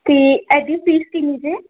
ਅਤੇ ਇਹਦੀ ਫੀਸ ਕਿੰਨੀ ਜੇ